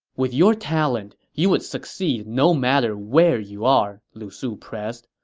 with your talent, you would succeed no matter where you are, lu su pressed.